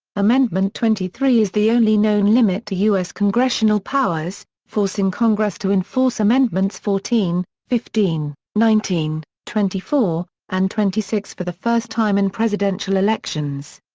amendment twenty three is the only known limit to u s. congressional powers, forcing congress to enforce amendments fourteen, fifteen, nineteen, twenty four, and twenty six for the first time in presidential elections.